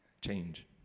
Change